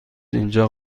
اینجا